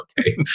okay